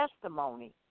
testimony